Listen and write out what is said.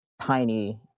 tiny